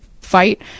fight